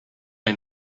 may